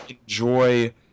enjoy